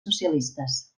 socialistes